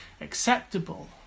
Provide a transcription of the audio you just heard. acceptable